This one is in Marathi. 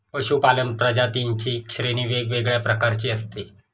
पशूपालन प्रजातींची श्रेणी वेगवेगळ्या प्रकारची असते